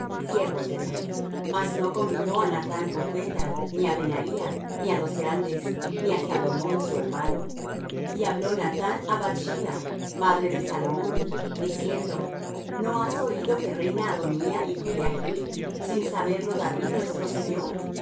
siervos del rey mas no convidó á nathán profeta ni á benaía ni á los grandes ni á salomón su hermano y habló nathán á bath sheba madre de salomón diciendo no has oído que reina adonía hijo de haggith sin saberlo david nuestro señor